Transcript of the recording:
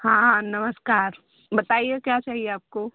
हाँ नमस्कार बताइए क्या चाहिए आपको